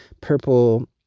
purple